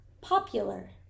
popular